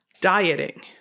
dieting